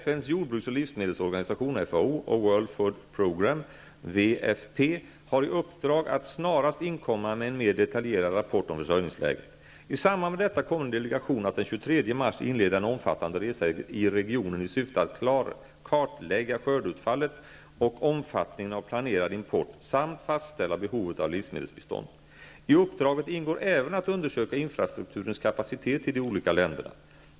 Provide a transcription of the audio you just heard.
FN:s jordbruks och livsmedelsorganisation och World Food Programme har i uppdrag att snarast inkomma med en mer detaljerad rapport om försörjningsläget. I samband med detta kommer en delegation att den 23 mars inleda en omfattande resa i regionen i syfte att kartlägga skördeutfallet och omfattningen av planerad import samt fastställa behovet av livsmedelsbistånd. I uppdraget ingår även att undersöka infrastrukturens kapacitet i de olika länderna.